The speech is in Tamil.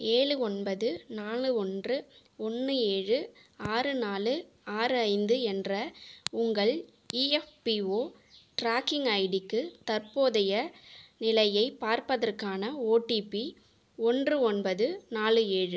ஏழு ஒன்பது நாலு ஒன்று ஒன்று ஏழு ஆறு நாலு ஆறு ஐந்து என்ற உங்கள் இஎஃப்பிஓ ட்ராக்கிங் ஐடிக்கு தற்போதைய நிலையைப் பார்ப்பதற்கான ஓடிபி ஒன்று ஒன்பது நாலு ஏழு